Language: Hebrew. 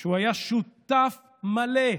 שהוא היה שותף מלא,